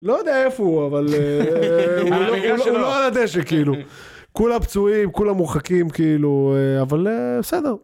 לא יודע איפה הוא, אבל הוא לא על הדשא, כאילו. כולם פצועים, כולם מורחקים, כאילו, אבל בסדר.